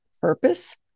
purpose